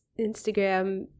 Instagram